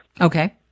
Okay